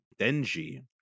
Denji